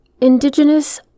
Indigenous